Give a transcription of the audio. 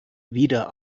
wieder